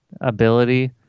ability